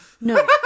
No